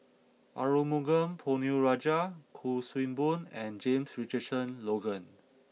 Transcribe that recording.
Arumugam Ponnu Rajah Kuik Swee Boon and James Richardson Logan